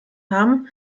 haben